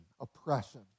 oppression